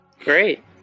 Great